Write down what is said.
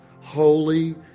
holy